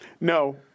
No